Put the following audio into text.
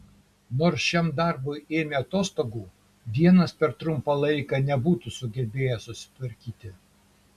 nors šiam darbui ėmė atostogų vienas per trumpą laiką nebūtų sugebėjęs susitvarkyti